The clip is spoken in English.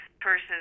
person